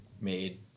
made